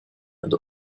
and